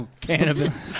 Cannabis